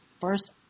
first